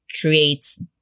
creates